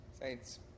Saints